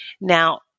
Now